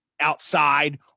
outside